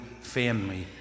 family